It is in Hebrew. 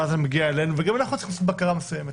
ואז זה מגיע אלינו גם אנחנו צריכים לעשות בקרה מסוימת.